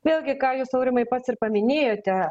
vėlgi ką jūs aurimai pats ir paminėjote